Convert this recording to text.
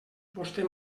vostè